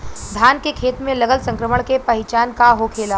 धान के खेत मे लगल संक्रमण के पहचान का होखेला?